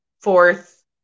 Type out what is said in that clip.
fourth